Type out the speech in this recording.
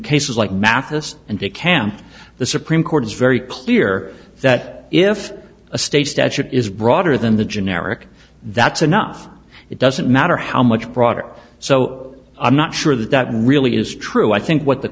cases like mathis and decamp the supreme court is very clear that if a state statute is broader than the generic that's enough it doesn't matter how much broader so i'm not sure that that really is true i think what the